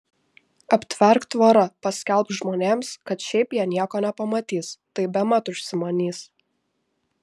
aptverk tvora paskelbk žmonėms kad šiaip jie nieko nepamatys tai bemat užsimanys